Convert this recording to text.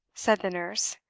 said the nurse.